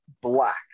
black